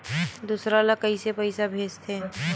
दूसरा ला कइसे पईसा भेजथे?